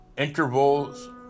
Intervals